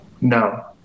No